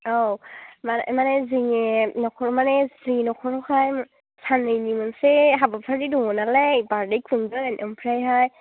औ मा मानि जोंनि न'खर मानि जोंनि न'खरावहाय साननैनि मोनसे हाबाफारि दङ नालाय बार्थडे खुंगोन ओमफ्रायहाय